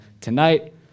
tonight